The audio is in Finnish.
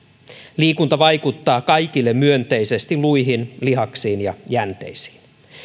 liikunta vaikuttaa kaikille myönteisesti luihin lihaksiin ja jänteisiin